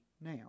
now